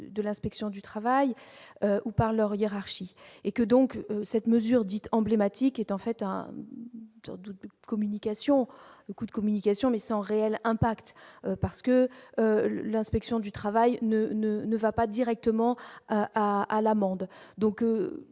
de l'inspection du travail ou par leur hiérarchie et que donc cette mesure dite emblématique étant faite à toute communication beaucoup de communication, mais sans réel impact parce que l'inspection du travail ne ne ne va pas directement à à l'amende